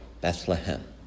Bethlehem